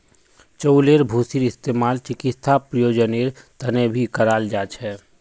चउलेर भूसीर इस्तेमाल चिकित्सा प्रयोजनेर तने भी कराल जा छे